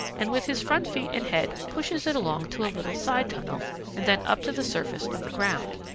and with his front feet and head pushes it along to a little side tunnel and then up to the surface of the ground.